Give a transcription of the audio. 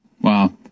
Wow